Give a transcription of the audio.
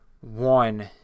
One